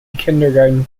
kindergarten